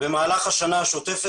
במהלך השנה השוטפת.